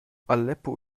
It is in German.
aleppo